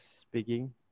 speaking